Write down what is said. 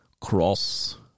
cross